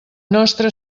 nostra